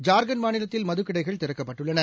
ஜார்க்கண்ட் மாநிலத்தில் மது கடைகள் திறக்கப்பட்டுள்ளன